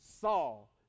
Saul